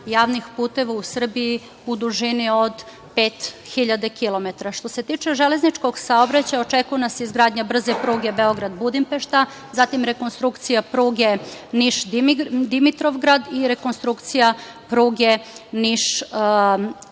javnih puteva u Srbiji u dužini od 5.000 kilometara. Što se tiče železničkog saobraćaja, očekuje nas izgradnja brze pruge Beograd – Budimpešta, zatim rekonstrukcija pruge Niš – Dimitrovgrad i rekonstrukcija pruge Niš – Brestovac.